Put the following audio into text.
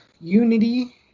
unity